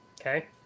Okay